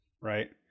right